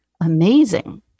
amazing